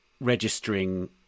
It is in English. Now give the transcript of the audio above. registering